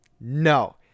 No